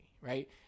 right